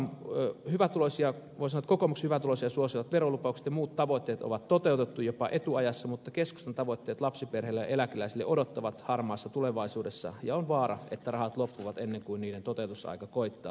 voi sanoa että kokoomuksen hyvätuloisia suosivat verolupaukset ja muut tavoitteet on toteutettu jopa etu ajassa mutta keskustan tavoitteet lapsiperheille ja eläkeläisille odottavat harmaassa tulevaisuudessa ja on vaara että rahat loppuvat ennen kuin niiden tavoitteiden toteutusaika koittaa